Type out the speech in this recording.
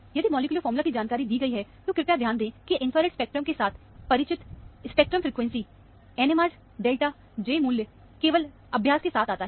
यदि मॉलिक्यूलर फार्मूलाकी जानकारी दी गई है तो कृपया ध्यान दें कि इंफ्रारेड स्पेक्ट्रम के साथ परिचितस्पेक्ट्रम फ्रीक्वेंसी NMR डेल्टाJ मूल्य केवल अभ्यास के साथ आता है